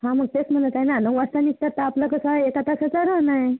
हा मग तेच म्हणत आहे ना नऊ वाजता निघता तर आपला कसा आहे एका तासाचा रन आहे